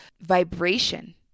vibration